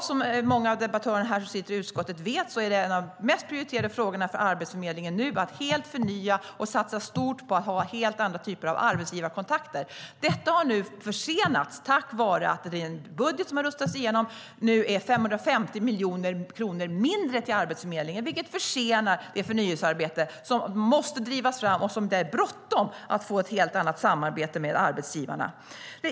Som många av debattörerna här som sitter i utskottet vet är en av de mest prioriterade frågorna för Arbetsförmedlingen att förnya och satsa stort på helt andra typer av arbetsgivarkontakter. Detta har nu försenats på grund av att den budget som har röstats igenom har 550 miljoner kronor mindre till Arbetsförmedlingen, vilket försenar det förnyelsearbete som måste drivas fram och där det är bråttom att få ett helt annat samarbete med arbetsgivarna.